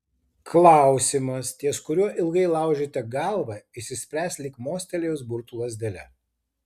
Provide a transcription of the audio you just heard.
klausimas ties kuriuo ilgai laužėte galvą išsispręs lyg mostelėjus burtų lazdele